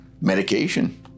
Medication